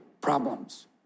problems